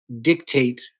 dictate